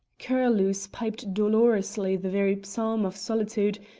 curlews piped dolorously the very psalm of solitude,